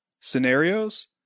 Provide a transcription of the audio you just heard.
scenarios